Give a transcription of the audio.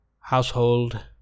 household